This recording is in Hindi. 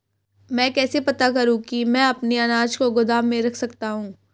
मैं कैसे पता करूँ कि मैं अपने अनाज को गोदाम में रख सकता हूँ?